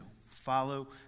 Follow